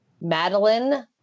Madeline